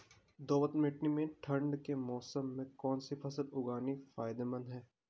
दोमट्ट मिट्टी में ठंड के मौसम में कौन सी फसल उगानी फायदेमंद है?